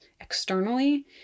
externally